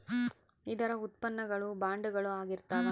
ಇದರ ಉತ್ಪನ್ನ ಗಳು ಬಾಂಡುಗಳು ಆಗಿರ್ತಾವ